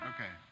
Okay